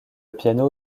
piano